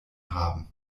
haben